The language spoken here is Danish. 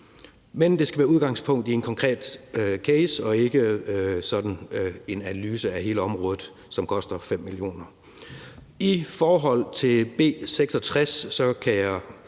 Men det skal være med udgangspunkt i en konkret case og ikke sådan en analyse af hele området, som koster 5 mio. kr. I forhold til B 66 kan jeg